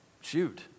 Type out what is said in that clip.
shoot